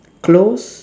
close